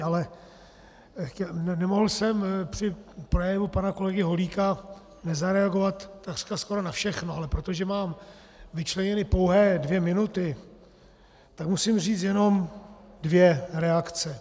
Ale nemohl jsem při projevu pana kolegy Holíka nezareagovat takřka skoro na všechno, ale protože mám vyčleněny pouhé dvě minuty, musím říct jenom dvě reakce.